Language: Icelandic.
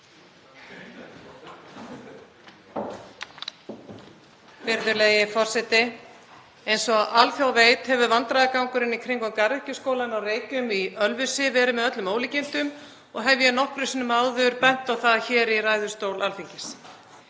Virðulegi forseti. Eins og alþjóð veit hefur vandræðagangurinn í kringum Garðyrkjuskólann á Reykjum í Ölfusi verið með öllum ólíkindum og hef ég nokkrum sinnum áður bent á það hér í ræðustól Alþingis.